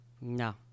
No